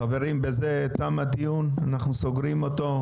חברים בזה תם הדיון, אנחנו סוגרים אותו.